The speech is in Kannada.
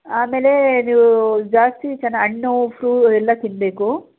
ಆಮೇಲೆ ನೀವು ಜಾಸ್ತಿ ಚನ ಹಣ್ಣು ಫ್ರೂ ಎಲ್ಲ ತಿನ್ನಬೇಕು